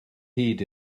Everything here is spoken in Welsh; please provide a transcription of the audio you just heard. hyd